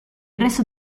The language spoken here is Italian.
resto